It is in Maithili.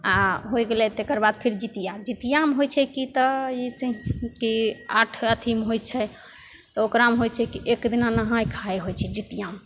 आओर होइ गेलै तकर बाद फेर जितिआ जितिआमे होइ छै कि तऽ अइसे ही कि आठ अथीमे होइ छै तऽ ओकरामे होइ छै कि एक दिना नहाइ खाइ होइ छै जितिआमे